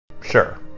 Sure